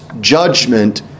judgment